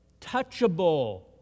touchable